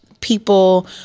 people